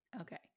Okay